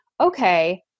okay